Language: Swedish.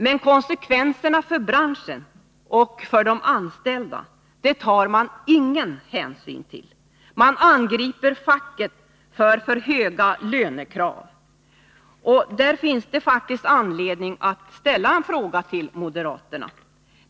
Men konsekvenserna för branschen och de anställda tar man ingen hänsyn till. Moderaterna angriper facket för att det ställer för höga lönekrav. I det sammanhanget finns det faktiskt anledning att rikta en fråga till moderaterna.